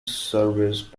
service